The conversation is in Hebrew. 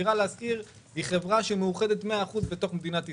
דירה להשכיר היא חברה שמאוחדת מאה אחוזים בתוך מדינת ישראל.